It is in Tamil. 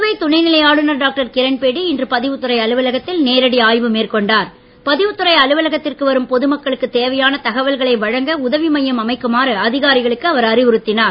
புதுவை துணைநிலை ஆளுநர் டாக்டர் கிரண்பேடி இன்று பதிவுத்துறை அலுவலகத்தில் நேரடி பதிவுத்துறை அலுவலகத்திற்கு வரும் பொது மக்களுக்கு தேவையான தகவல்களை வழங்க உதவி மையம் அமைக்குமாறு அதிகாரிகளுக்கு அவர் அறிவுறுத்தினார்